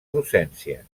docència